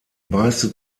meiste